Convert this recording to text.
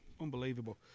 Unbelievable